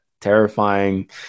terrifying